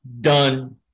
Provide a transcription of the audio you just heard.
done